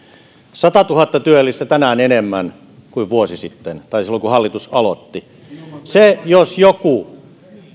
satatuhatta työllistä tänään enemmän kuin silloin kun hallitus aloitti se jos joku